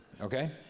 okay